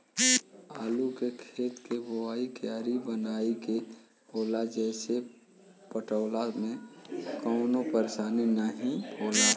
आलू के खेत के बोवाइ क्यारी बनाई के होला जेसे पटवला में कवनो परेशानी नाहीम होला